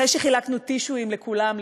אחרי שחילקנו טישיו לכולם,